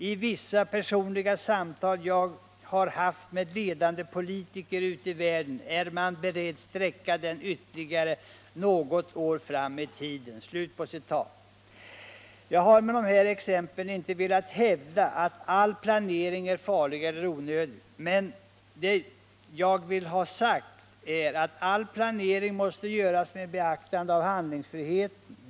I vissa personliga samtal jag har haft med ledande politiker ute i världen är man beredd sträcka den ytterligare något år fram i tiden.” Jag har med de här exemplen inte velat hävda att all planering är farlig eller onödig. Men det jag vill ha sagt är att all planering måste göras med beaktande av handlingsfriheten.